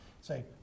say